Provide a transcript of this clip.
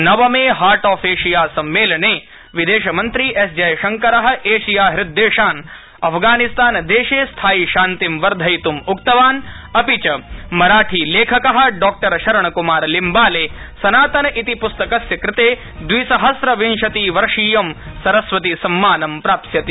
नवम heart of Asia सम्मेलने विदेशमन्त्री एस जयशंकर एशिया हृद् देशान अफगानिस्तानदेशे स्थायि शान्तिं वर्धयितुं उक्तवान मराठीलेखक डॉशरणक्मार लिम्बाले सनातन इति प्स्तकस्य कृते दविसहस्न विंशति वर्षीयं सरस्वती सम्मानं प्राप्स्यति